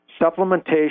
supplementation